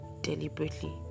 deliberately